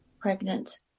pregnant